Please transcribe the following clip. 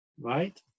right